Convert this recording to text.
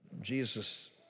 Jesus